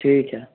ठीक है